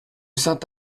saint